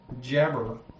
Jabber